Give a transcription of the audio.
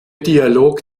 dialog